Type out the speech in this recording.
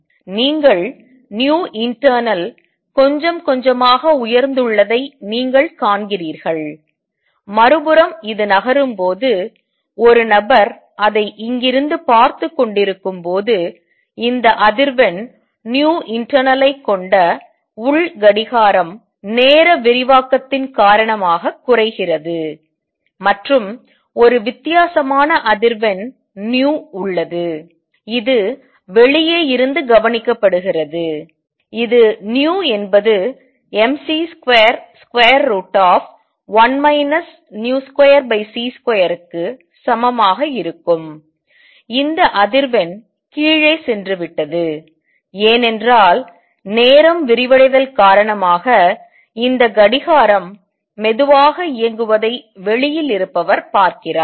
நீங்கள் internal கொஞ்சம் கொஞ்சமாக உயர்ந்துள்ளதை நீங்கள் காண்கிறீர்கள் மறுபுறம் இது நகரும் போது ஒரு நபர் அதை இங்கிருந்து பார்த்துக் கொண்டிருக்கும்போது இந்த அதிர்வெண் internal ஐக் கொண்ட உள் கடிகாரம் நேர விரிவாக்கத்தின் காரணமாக குறைகிறது மற்றும் ஒரு வித்தியாசமான அதிர்வெண் உள்ளது இது வெளியே இருந்து கவனிக்கப்படுகிறது இது என்பது mc21 v2c2 க்கு சமமாக இருக்கும் இந்த அதிர்வெண் கீழே சென்றுவிட்டது ஏனென்றால் நேரம் விரிவடைதல் காரணமாக இந்த கடிகாரம் மெதுவாக இயங்குவதை வெளியில் இருப்பவர் பார்க்கிறார்